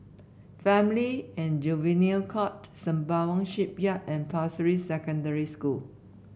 Family and Juvenile Court Sembawang Shipyard and Pasir Ris Secondary School